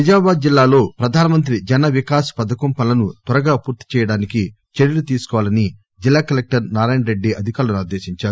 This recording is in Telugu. నిజామాబాద్ జిల్లాలో ప్రధానమంత్రి జన వికాస్ పథకం పనులను త్వరగా పూర్తి చేయడానికి చర్యలు తీసుకోవాలని జిల్లా కలెక్టర్ నారాయణ రెడ్డి అధికారులను ఆదేశించారు